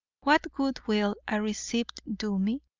what good will a receipt do me